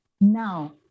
Now